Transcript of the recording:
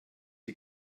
die